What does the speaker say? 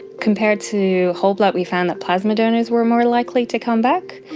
compared to whole blood we found that plasma donors were more likely to come back.